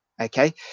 okay